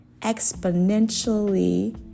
exponentially